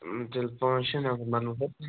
تیٚلہِ پانژھ شےٚ نَفر مطلب حظ